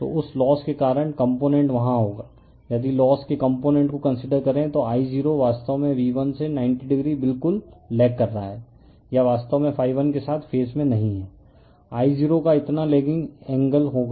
तो उस लोस के कारण कंपोनेंट वहाँ होगा यदि लोस के कॉम्पोनेन्ट को कंसीडर करें तो I0 वास्तव में V1 से 90o बिल्कुल लेग कर रहा है या वास्तव में 1 के साथ फेज में नहीं है I0 का इतना लेगिंगएंगल होगा